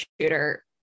shooter